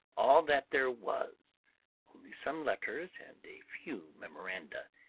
all that there was only some letters and a few memoranda,